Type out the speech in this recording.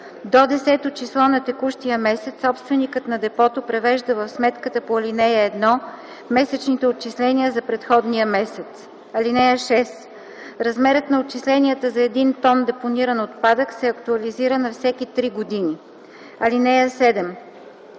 До 10-то число на текущия месец собственикът на депото превежда в сметката по ал. 1 месечните отчисления за предходния месец. (6) Размерът на отчисленията за един тон депониран отпадък се актуализира на всеки три години. (7)